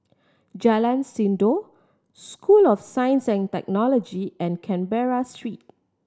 Jalan Sindor School of Science and Technology and Canberra Street